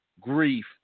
grief